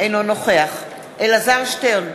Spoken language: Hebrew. אינו נוכח אלעזר שטרן,